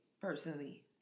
personally